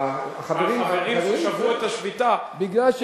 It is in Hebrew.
החברים ששברו את השביתה, החברים, כן.